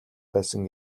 байсан